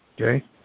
Okay